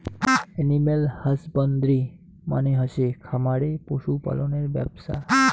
animal husbandry মানে হসে খামারে পশু পালনের ব্যপছা